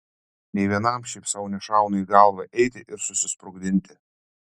nė vienam šiaip sau nešauna į galvą eiti ir susisprogdinti